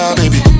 baby